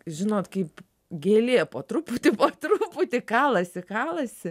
žinot kaip gėlė po truputį po truputį kalasi kalasi